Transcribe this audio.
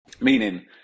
Meaning